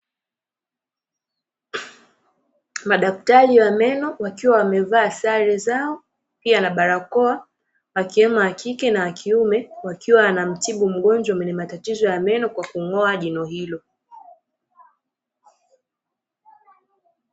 Madaktari wa meno wakiwa wamevaa sare zao, pia na barakoa, akiwemo wa kike na wa kiume wakiwa wanamtibu mgonjwa mwenye matatizo ya meno kwa kung'oa jino hilo.